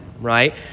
right